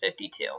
52